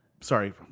sorry